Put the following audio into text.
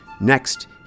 Next